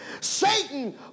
Satan